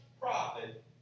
profit